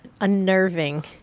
unnerving